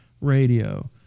radio